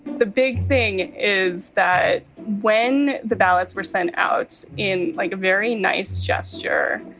the big thing is that when the ballots were sent out in like a very nice gesture,